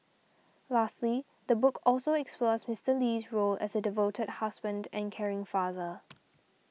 lastly the book also explores Mister Lee's role as a devoted husband and caring father